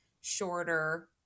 shorter